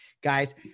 guys